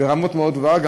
ברמה מאוד גבוהה.